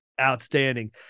Outstanding